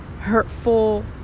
hurtful